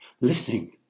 listening